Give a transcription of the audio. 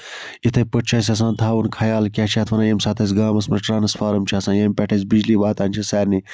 یِتھٕے پٲٹھۍ چھُ اَسہِ آسان تھاوُن خیال کیاہ چھِ یَتھ وَنان ییٚمہِ ساتہٕ اَسہِ گامَس منٛز ٹرانَسفارٕم چھُ آسان ییٚمہِ پٮ۪ٹھ اَسہِ بِجلی واتان چھےٚ سارنٕے